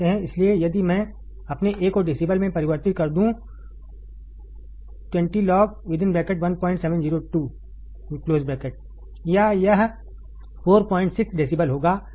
इसलिए यदि मैं अपने Av1को डेसिबल मेंपरिवर्तित कर दूं 20 लॉग 1702 या यह 46 डेसिबल होगा